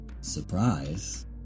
surprise